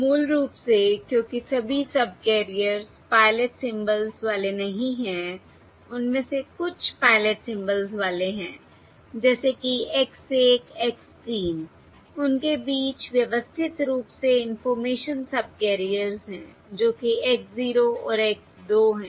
मूल रूप से क्योंकि सभी सबकैरियर्स पायलट सिंबल्स वाले नहीं हैं उनमें से कुछ पायलट सिंबल्स वाले हैं जैसे कि X 1 X 3 उनके बीच व्यवस्थित रूप से इंफॉर्मेशन सबकैरियर्स हैं जो कि X 0 और X 2 हैं